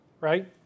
right